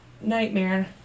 nightmare